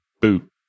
boot